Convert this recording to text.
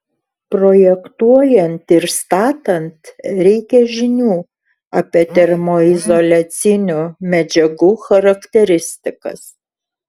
projektuojant ir statant reikia žinių apie termoizoliacinių medžiagų charakteristikas